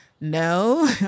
No